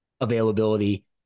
availability